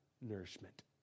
nourishment